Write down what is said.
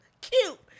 Cute